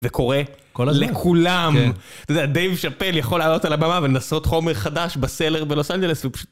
זה קורה לכולם. אתה יודע, דייב שאפל יכול לעלות על הבמה ולנסות חומר חדש בסלר בלוס אנג׳לס ופשוט...